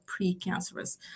precancerous